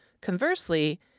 Conversely